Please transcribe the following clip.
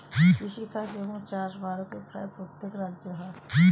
কৃষিকাজ এবং চাষ ভারতের প্রায় প্রত্যেক রাজ্যে হয়